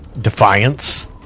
defiance